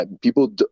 people